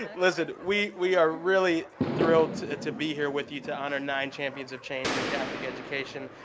listen, we we are really thrilled to be here with you to honor nine champions of change in catholic education.